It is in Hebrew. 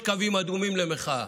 יש קווים אדומים למחאה.